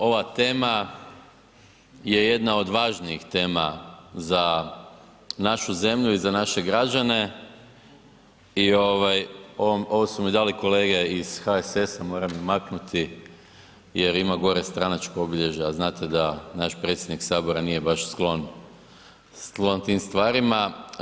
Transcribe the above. Ova tema je jedna od važnijih tema za našu zemlju i za naše građane i ovo su mi dali kolege iz HSS-a, moram ih maknuti jer ima gore stranačko obilježje, a znate da naš predsjednik HS nije baš sklon tim stvarima.